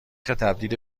تبدیل